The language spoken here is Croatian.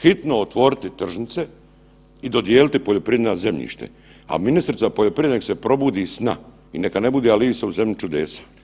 Hitno otvoriti tržnice i dodijeliti poljoprivredna zemljišta, a ministrica poljoprivrede nek se probudi iz sna i neka ne bude „Alisa u zemlji čudesa“